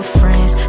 friends